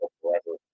forever